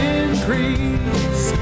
increase